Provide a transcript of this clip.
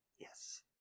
Yes